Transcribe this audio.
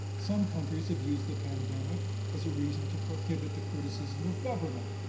some countries have used the pandemic as a reason to prohibit the criticism of government,